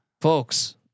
folks